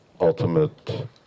ultimate